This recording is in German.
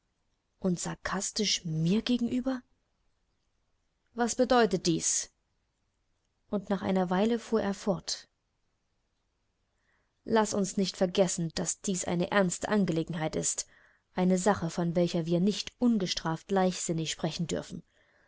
und sarkastisch mir gegenüber was bedeutet dies und nach einer weile fuhr er fort laß uns nicht vergessen daß dies eine ernste angelegenheit ist eine sache von welcher wir nicht ungestraft leichtsinnig sprechen dürfen